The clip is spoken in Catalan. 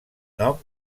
nom